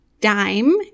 Dime